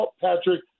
Patrick